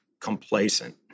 complacent